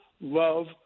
love